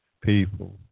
people